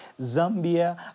Zambia